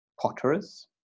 potterers